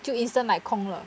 就 instant like 空了